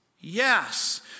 Yes